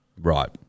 Right